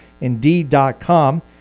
Indeed.com